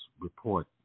report